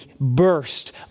burst